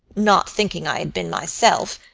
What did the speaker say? not thinking i had been myself,